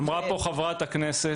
אמרה פה חברת הכנסת,